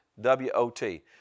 W-O-T